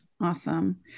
Awesome